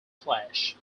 flash